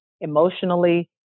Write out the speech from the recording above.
emotionally